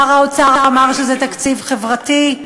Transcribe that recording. שר האוצר אמר שזה תקציב חברתי?